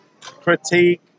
critique